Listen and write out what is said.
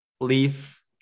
leaf